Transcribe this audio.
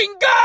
go